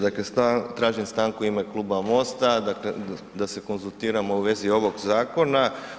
Dakle tražim stanku u ime Kluba MOST-a dakle da se konzultiramo u vezi ovog zakona.